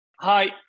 hi